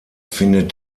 findet